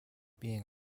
being